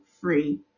free